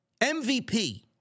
MVP